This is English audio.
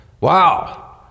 Wow